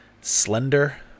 slender